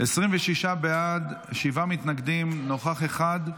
26 בעד, שבעה מתנגדים, נוכח אחד.